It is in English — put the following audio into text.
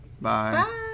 Bye